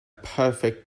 perfect